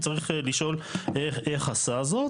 צריך לשאול איך עשה זאת.